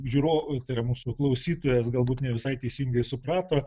žiūro tai yra mūsų klausytojas galbūt ne visai teisingai suprato